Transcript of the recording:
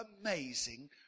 amazing